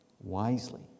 wisely